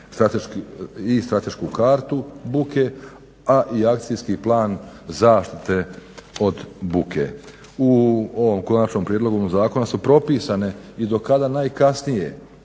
i stratešku kartu buke a i akcijski plan zaštite od buke. U ovom konačnom prijedlogu ovoga zakona su propisane i do kada najkasnije